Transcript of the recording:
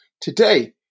Today